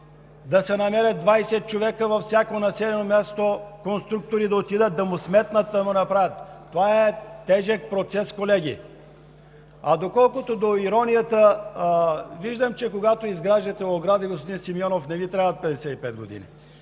да се намерят 20 човека конструктори във всяко населено място да отидат, да му сметнат, да му направят… Това е тежък процес, колеги. А доколкото иронията – виждам, че когато изграждате огради, господин Симеонов, не Ви трябват 55 години.